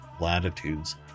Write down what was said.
latitudes